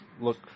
look